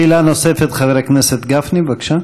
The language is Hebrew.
שאלה נוספת, חבר הכנסת גפני, בבקשה.